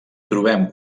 trobem